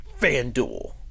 FanDuel